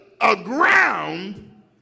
aground